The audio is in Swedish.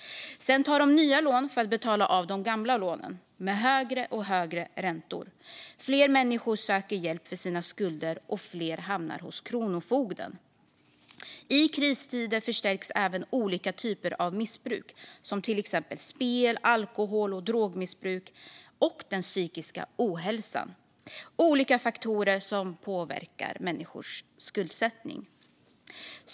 Sedan tar de nya lån för att betala av de gamla lånen, med högre och högre räntor. Fler människor söker hjälp för sina skulder, och fler hamnar hos kronofogden. I kristider förstärks även olika typer av missbruk, till exempel spel, alkohol och drogmissbruk och den psykiska ohälsan. Det är olika faktorer som påverkar människors skuldsättning.